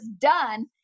done